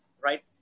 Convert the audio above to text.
Right